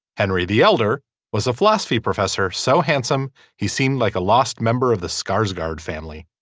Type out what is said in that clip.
henry the elder was a philosophy professor so handsome he seemed like a lost member of the scars guard family.